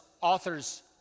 author's